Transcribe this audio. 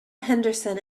henderson